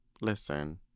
listen